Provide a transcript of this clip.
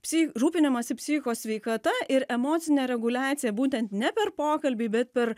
psi rūpinimąsi psichikos sveikata ir emocinė reguliacija būtent ne per pokalbį bet per